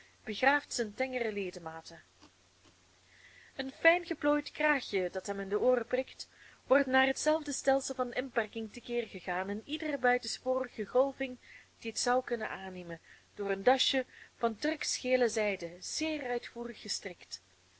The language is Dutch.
begraaft zijne tengere ledematen een fijngeplooid kraagje dat hem in de ooren prikt wordt naar hetzelfde stelsel van inperking te keer gegaan in iedere buitensporige golving die het zou kunnen aannemen door een dasje van turkschgele zijde zeer uitvoerig gestrikt